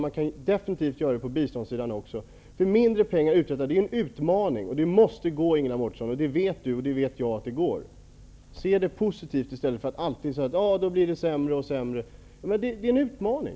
Man kan definitivt göra det även i biståndsarbetet. Detta är en utmaning, och både Ingela Mårtensson och jag vet att detta är möjligt. Se det positivt i stället för alltid att säga: Ja, då blir det sämre och sämre. Ta det alltså som en utmaning!